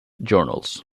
journals